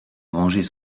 venger